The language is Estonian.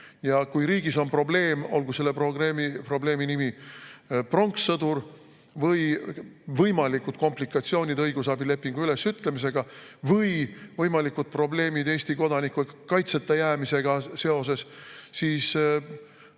Kui riigis on probleem, olgu selle probleemi nimi pronkssõdur või võimalikud komplikatsioonid õigusabilepingu ülesütlemisega või Eesti kodanike kaitseta jäämisega seoses, siis